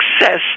success